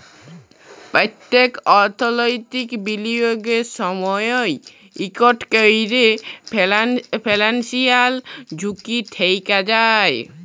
প্যত্তেক অর্থলৈতিক বিলিয়গের সময়ই ইকট ক্যরে ফিলান্সিয়াল ঝুঁকি থ্যাকে যায়